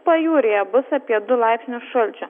pajūryje bus apie du laipsnius šalčio